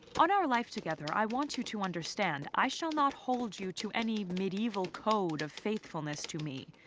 on our life together, i want you to understand i shall not hold you to any medieval code of faithfulness to me,